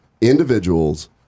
individuals